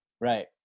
Right